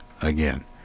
again